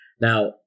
Now